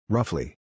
Roughly